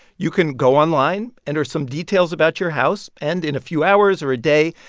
you can go online, enter some details about your house and, in a few hours or a day,